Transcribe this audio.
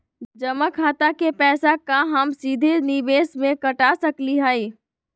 जमा खाता के पैसा का हम सीधे निवेस में कटा सकली हई?